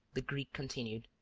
the greek continued.